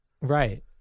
Right